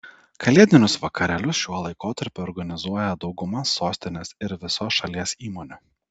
kalėdinius vakarėlius šiuo laikotarpiu organizuoja dauguma sostinės ir visos šalies įmonių